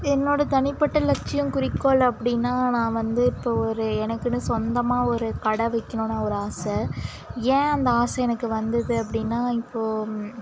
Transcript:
என்னோடய தனிப்பட்ட லட்சியம் குறிக்கோள் அப்படினா நான் வந்து இப்போ ஒரு எனக்குனு சொந்தமாக ஒரு கடை வைக்கணும்னு ஒரு ஆசை ஏன் அந்த ஆசை எனக்கு வந்துது அப்படினா இப்போது